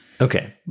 Okay